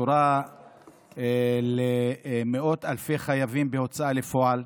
בשורה למאות אלפי חייבים בהוצאה לפועל.